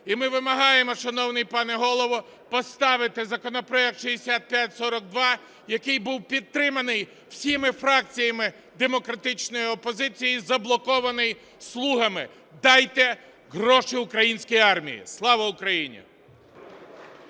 І ми вимагаємо, шановний пане Голово, поставити законопроект 6542, який був підтриманий всіма фракціями демократичної опозиції, заблокований "Слугами". Дайте гроші українській армії. Слава Україні!